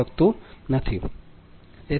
u